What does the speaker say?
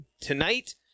tonight